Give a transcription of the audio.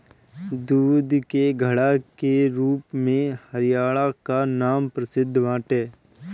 दूध के घड़ा के रूप में हरियाणा कअ नाम प्रसिद्ध बाटे